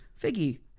Figgy